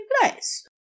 place